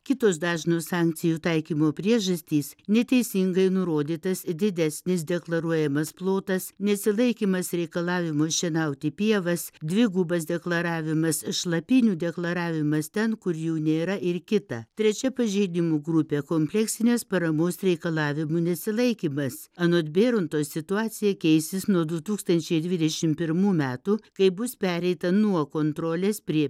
kitos dažnos sankcijų taikymo priežastys neteisingai nurodytas didesnis deklaruojamas plotas nesilaikymas reikalavimų šienauti pievas dvigubas deklaravimas šlapynių deklaravimas ten kur jų nėra ir kita trečia pažeidimų grupė kompleksinės paramos reikalavimų nesilaikymas anot bėronto situacija keisis nuo du tūkstančiai dvidešimt pirmų metų kai bus pereita nuo kontrolės prie